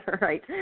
right